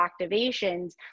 activations